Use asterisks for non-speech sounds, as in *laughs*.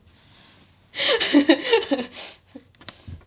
*laughs*